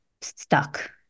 stuck